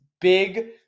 big